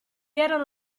erano